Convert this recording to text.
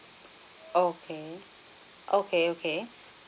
okay okay okay